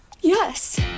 Yes